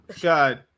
God